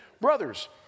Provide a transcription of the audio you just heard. brothers